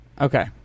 Okay